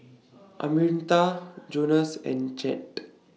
Arminta Jonas and Jett